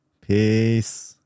Peace